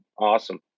awesome